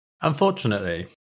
Unfortunately